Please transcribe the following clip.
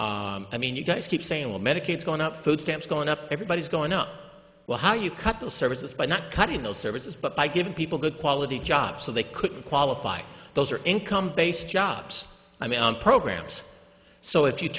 puzzle i mean you guys keep saying with medicaid going up food stamps going up everybody's going up well how you cut the services by not cutting those services but by giving people good quality jobs so they could qualify those are income based jobs i mean programs so if you